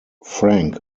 frank